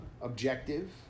objective